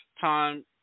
time